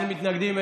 אין מתנגדים,